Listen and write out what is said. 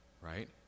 Right